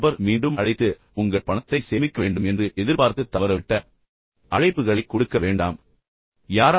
மற்ற நபர் மீண்டும் அழைத்து உங்கள் பணத்தை சேமிக்க வேண்டும் என்று எதிர்பார்த்து தவறவிட்ட அழைப்புகளை கொடுக்க வேண்டாம் அது மீண்டும் மற்றொரு கெட்ட பழக்கம்